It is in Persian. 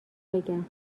بگم